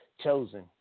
chosen